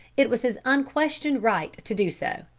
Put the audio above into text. it was his unquestioned right to do so.